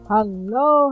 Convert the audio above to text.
Hello